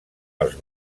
els